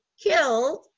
killed